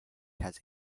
has